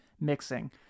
mixing